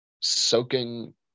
soaking